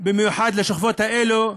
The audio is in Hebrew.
במיוחד לשכבות האלו,